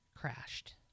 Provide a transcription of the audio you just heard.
crashed